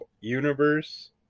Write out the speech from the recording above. universe